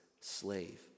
slave